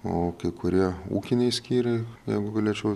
o kai kurie ūkiniai skyriai jeigu galėčiau